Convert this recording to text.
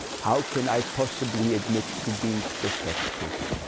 how can i possibly admit to being defective